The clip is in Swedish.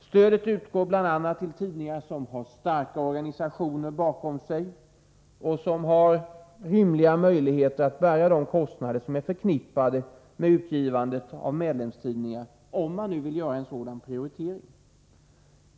Stödet utgår bl.a. till tidningar som har starka organisationer bakom sig och som har rimliga möjligheter att bära de kostnader som är förknippade med utgivandet av medlemstidningar — om man nu vill göra en sådan prioritering.